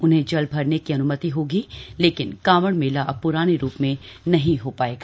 उन्हें जल भरने की अन्मति होगी लेकिन कांवड़ मेला अब प्राने रूप में नहीं हो पाएगा